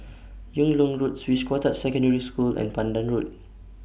Yung Loh Road Swiss Cottage Secondary School and Pandan Road